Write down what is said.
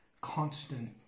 constant